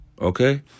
okay